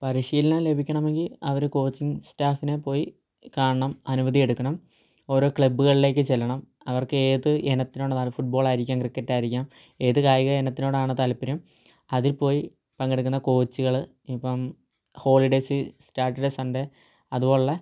പരിശീലനം ലഭിക്കണം എങ്കിൽ അവർ കോച്ചിങ് സ്റ്റാഫിനെ പോയി കാണണം അനുമതിയെടുക്കണം ഓരോ ക്ലബ്ബുകളിലേക്ക് ചെല്ലണം അവർക്ക് ഏത് ഇനത്തിനോടാണ് ഫുട്ബോൾ ആയിരിക്കാം ക്രിക്കറ്റ് ആയിരിക്കാം ഏത് കായിക ഇനത്തിനോടാണ് താൽപര്യം അതിൽ പോയി പങ്കെടുക്കുന്ന കോച്ചുകൾ ഇപ്പം ഹോളിഡേയ്സ് സാറ്റർഡേ സൺഡേ അതുപോലെയുള്ള